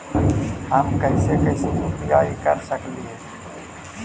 हम कैसे कैसे यु.पी.आई कर सकली हे?